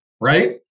right